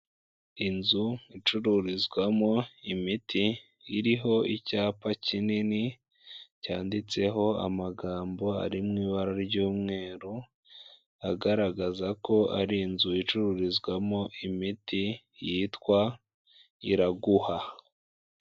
Inzu icururizwamo imiti, iriho icyapa kinini, cyanditseho amagambo ari mu ibara ry'umweru, agaragaza ko ari inzu icururizwamo imiti, yitwa Iraguha.